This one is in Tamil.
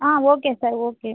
ah okay sir okay